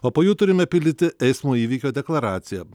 o po jų turime pildyti eismo įvykio deklaraciją